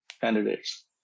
Candidates